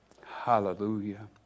hallelujah